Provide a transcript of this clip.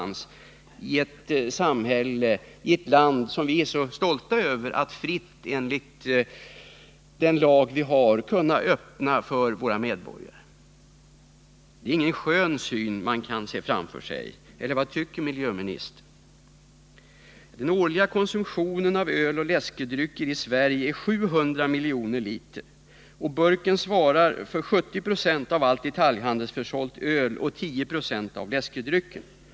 Vi är ju så stolta över att vi här i landet enligt vår lagstiftning kan hålla naturen öppen för våra medborgare. Det är ingen skön syn man här kan se framför sig. Eller vad tycker miljöministern? Den årliga konsumtionen av öl och läskedrycker i Sverige är 700 miljoner liter. 70 96 av allt detaljhandelsförsålt öl och 10 26 av läskedryckerna säljs i burk.